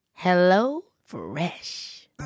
HelloFresh